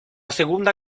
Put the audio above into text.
segunda